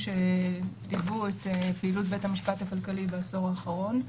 שליוו את פעילות בית המשפט הכלכלי בעשור האחרון.